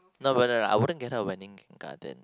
no no no I would not get her a wedding garden